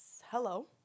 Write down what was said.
hello